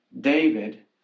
David